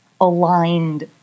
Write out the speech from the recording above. aligned